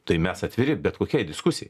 tai mes atviri bet kokiai diskusijai